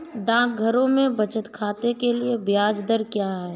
डाकघरों में बचत खाते के लिए ब्याज दर क्या है?